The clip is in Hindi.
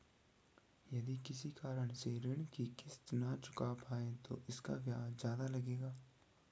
यदि किसी कारण से ऋण की किश्त न चुका पाये तो इसका ब्याज ज़्यादा लगेगा?